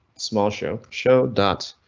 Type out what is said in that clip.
small show show dots.